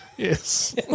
Yes